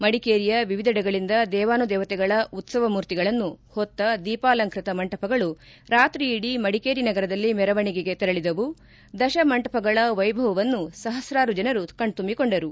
ಮಡಿಕೇರಿಯ ವಿವಿಧೆಡೆಗಳಿಂದ ದೇವಾನುದೇವತೆಗಳ ಉತ್ಸವ ಮೂರ್ತಿಗಳನ್ನು ಹೊತ್ತ ದೀಪಾಲಂಕೃತ ಮಂಟಪಗಳು ರಾತ್ರಿಯಿಡಿ ಮಡಿಕೇರಿ ನಗರದಲ್ಲಿ ಮೆರವಣಿಗೆ ತೆರಳಿದವು ದಶ ಮಂಟಪಗಳ ವ್ಯಭವವನ್ನು ಸಪಸ್ತಾರು ಜನ ಕಣ್ತುಂಬಿಕೊಂಡರು